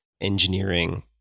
engineering